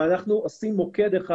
אבל אנחנו עושים מוקד אחד.